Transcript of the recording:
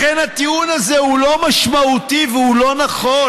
לכן הטיעון הזה הוא לא משמעותי והוא לא נכון.